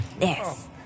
Yes